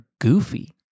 goofy